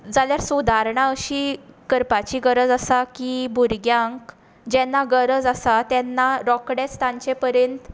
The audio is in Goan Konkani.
जाल्यार सुदारणा अशी करपाची गरज आसा की भुरग्यांक जेन्ना गरज आसा तेन्ना रोखडेंच तांचे पर्यंत